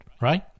right